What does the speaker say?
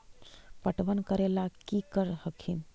पटबन करे ला की कर हखिन?